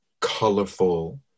colorful